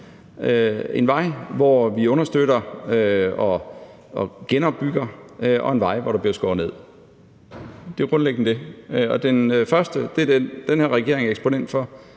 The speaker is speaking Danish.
en vej, hvor vi understøtter og genopbygger, og en vej, hvor der bliver skåret ned. Det er grundlæggende det. Den første vej er den, som den her regering er eksponent for,